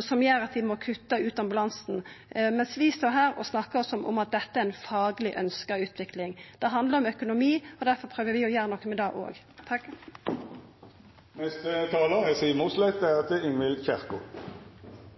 som gjer at dei må kutta ut ambulansen – mens ein står her og snakkar som om dette er ein fagleg ønskt utvikling. Det handlar om økonomi, difor prøver vi å gjera noko med det òg. Representanten Stensland kritiserte meg for å ta utgangspunkt i Salten – ja, jeg tok utgangspunkt i det som er